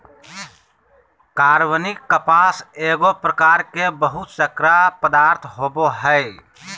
कार्बनिक कपास एगो प्रकार के बहुशर्करा पदार्थ होबो हइ